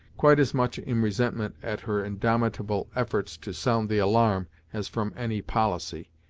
quite as much in resentment at her indomitable efforts to sound the alarm as from any policy,